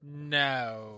No